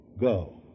go